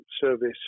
service